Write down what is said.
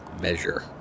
measure